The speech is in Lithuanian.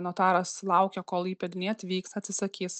notaras laukia kol įpėdiniai atvyks atsisakys